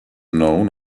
mnou